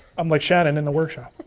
i'm like shannon in the workshop.